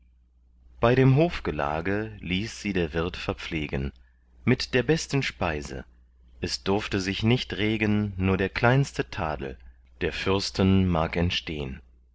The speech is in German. bei dem hofgelage ließ sie der wirt verpflegen mit der besten speise es durfte sich nicht regen nur der kleinste tadel der fürsten mag entstehn